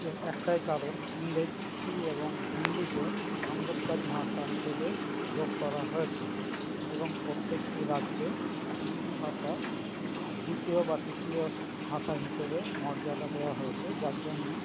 এর একটাই কারণ ইংরেজি এবং হিন্দিকে সংযোগকারী ভাষা হিসেবে যোগ করা হয়েছে এবং প্রত্যেকটি রাজ্যে হিন্দি ভাষা দ্বিতীয় বা তৃতীয় ভাষা হিসেবে মর্যাদা দেওয়া হয়েছে যার জন্য